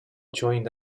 joined